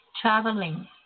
Traveling